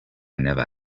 never